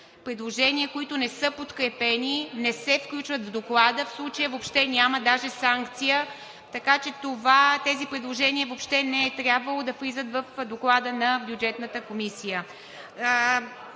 Предложения, които не са подкрепени, не се включват в Доклада. В случая въобще няма даже санкция, така че тези предложения въобще не е трябвало да влизат в Доклада на Бюджетната комисия.